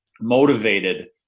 motivated